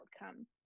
outcome